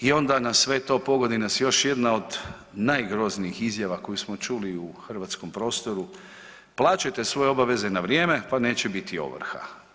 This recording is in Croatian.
I onda na sve to pogodi nas još jedna od najgroznijih izjava koje smo čuli u hrvatskom prostoru, plaćajte svoje obaveze na vrijeme pa neće biti ovrha.